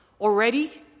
Already